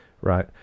right